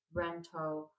rental